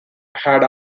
had